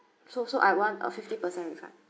so so I want a fifty percent refund